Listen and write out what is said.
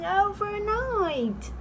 overnight